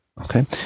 okay